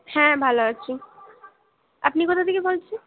হ্যাঁ ভালো আছি আপনি কোথা থেকে বলছেন